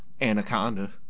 anaconda